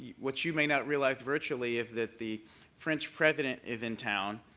what you may not realize virtually is that the french president is in town,